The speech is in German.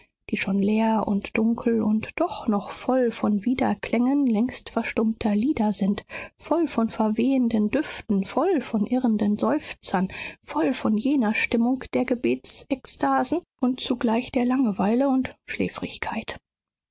die schon leer und dunkel und doch noch voll von widerklängen längst verstummter lieder sind voll von verwehenden düften voll von irrenden seufzern voll von jener stimmung der gebetsekstasen und zugleich der langeweile und schläfrigkeit